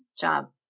job